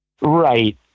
Right